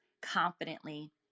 confidently